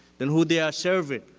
then who they are serving?